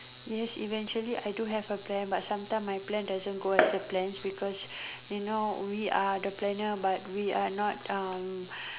yes eventually I do have a plan but sometime my plan doesn't go as the plans because you know we are the planner but we are not um